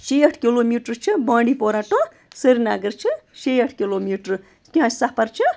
شیٹھ kilometre چھِ Bandipora ٹُہ سرینگر چھِ شیٹھ کِلوٗ میٖٹر کینٛہہ سَفر چھِ